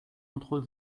entre